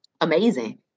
amazing